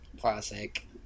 classic